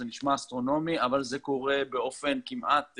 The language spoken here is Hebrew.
זה נשמע אסטרונומי אבל זה קורה באופן קבוע